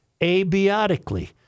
abiotically